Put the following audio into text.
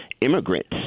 immigrants